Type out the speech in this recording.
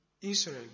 Israel